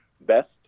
best